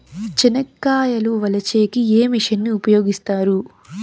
చెనక్కాయలు వలచే కి ఏ మిషన్ ను ఉపయోగిస్తారు?